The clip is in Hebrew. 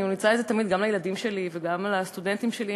אני ממליצה על זה תמיד גם לילדים שלי וגם לסטודנטים שלי,